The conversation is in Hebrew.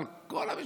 אבל כל המשפחה,